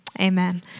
Amen